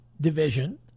division